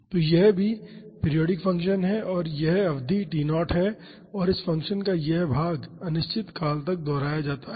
तो यह भी एक पीरियाडिक फ़ंक्शन है और यह अवधि T0 है और इस फंक्शन का यह भाग अनिश्चित काल तक दोहराया जाता है